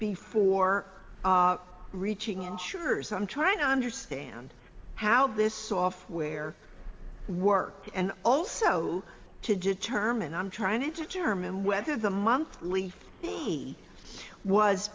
before reaching insurers i'm trying to understand how this software worked and also to determine i'm trying to determine whether the monthly fee was